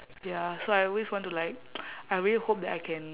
ya so I always want to like I really hope that I can